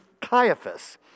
Caiaphas